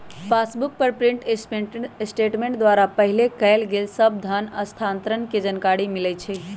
passbook पर print statement द्वारा पहिले कएल गेल सभ धन स्थानान्तरण के जानकारी मिलइ छइ